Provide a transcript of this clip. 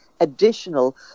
Additional